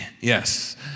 yes